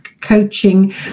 coaching